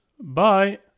Bye